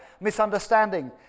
misunderstanding